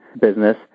business